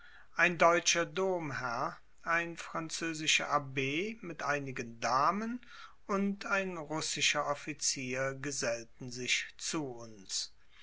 ein deutscher domherr ein französischer abb mit einigen damen und ein russischer offizier gesellten sich zu uns